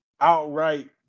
outright